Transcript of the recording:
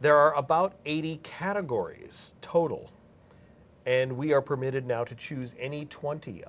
there are about eighty categories total and we are permitted now to choose any twenty